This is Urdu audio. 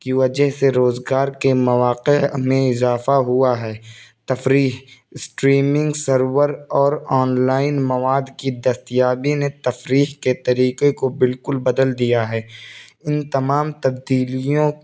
کی وجہ سے روزگار کے مواقع میں اضافہ ہوا ہے تفریح اسٹریمنگ سرور اور آن لائن مواد کی دستیابی نے تفریح کے طریقے کو بالکل بدل دیا ہے ان تمام تبدیلیوں